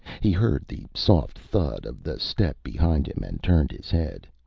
he heard the soft thud of the step behind him and turned his head.